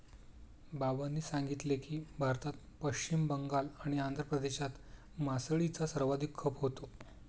बाबांनी सांगितले की, भारतात पश्चिम बंगाल आणि आंध्र प्रदेशात मासळीचा सर्वाधिक खप होतो